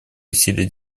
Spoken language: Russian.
усилия